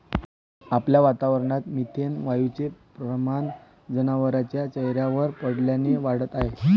आपल्या वातावरणात मिथेन वायूचे प्रमाण जनावरांच्या चाऱ्यावर पडल्याने वाढत आहे